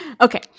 Okay